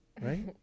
right